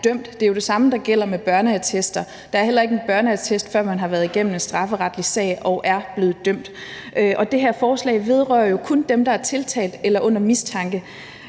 Det er jo det samme, der gælder i forhold til børneattester. Der er heller ikke noget på børneattesten, før man har været igennem en strafferetlig sag og er blevet dømt. Og det her forslag vedrører jo kun dem, der er tiltalt eller under mistanke.